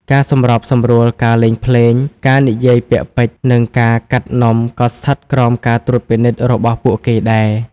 ការសម្របសម្រួលការលេងភ្លេង ការនិយាយពាក្យពេចន៍ និងការកាត់នំក៏ស្ថិតក្រោមការត្រួតពិនិត្យរបស់ពួកគេដែរ។